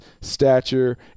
stature